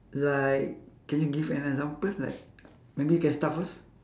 like can you give an example like maybe you can start first